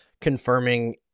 confirming